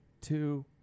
two